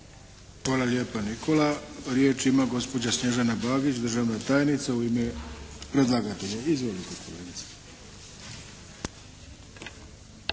Hvala lijepa Nikola. Riječ ima gospođa Snježana Bagić, državna tajnica u ime predlagatelja. Izvolite kolegice!